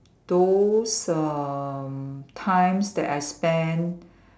those um times that I spent